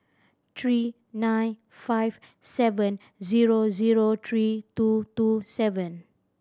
three nine five seven zero zero three two two seven